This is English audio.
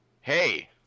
hey